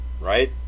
right